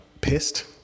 pissed